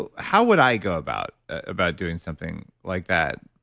ah how would i go about about doing something like that?